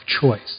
choice